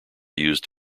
used